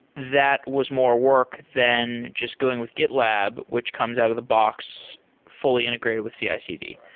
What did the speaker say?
that was more work than just going with gitlab, which comes out of the box fully integrated with cicd.